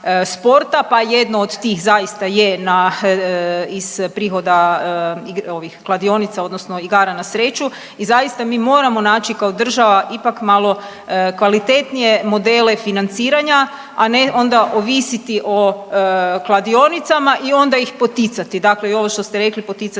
pa jedno od tih zaista je na iz prihoda kladionica odnosno igara na sreću i zaista mi moramo naći kao država ipak malo kvalitetnije modele financiranja, a ne onda ovisiti o kladionicama i onda iz poticati, dakle i ovo što ste rekli poticati